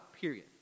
period